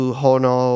hono